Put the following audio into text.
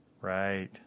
right